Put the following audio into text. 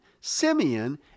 Simeon